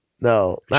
no